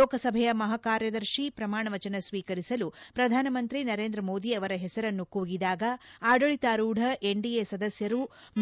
ಲೋಕಸಭೆಯ ಮಹಾಕಾರ್ಯದರ್ಶಿ ಪ್ರಮಾಣವಚನ ಸ್ವೀಕರಿಸಲು ಪ್ರಧಾನಮಂತ್ರಿ ನರೇಂದ್ರಮೋದಿ ಅವರ ಹೆಸರನ್ನು ಕೂಗಿದಾಗ ಆಡಳಿತಾರೂಢ ಎನ್ಡಿಎ ಸದಸ್ಯರ